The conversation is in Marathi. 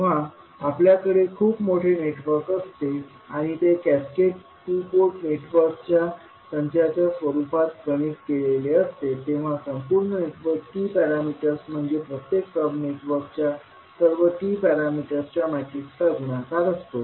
जेव्हा आपल्याकडे खूप मोठे नेटवर्क असते आणि ते कॅस्केड टू पोर्ट नेटवर्कच्या संचाच्या रूपात कनेक्ट केलेले असते तेव्हा संपूर्ण नेटवर्कचे T पॅरामीटर म्हणजे प्रत्येक सब नेटवर्कच्या सर्व T पॅरामीटर्सच्या मॅट्रिकचा गुणाकार असते